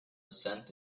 cent